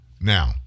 Now